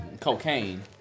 cocaine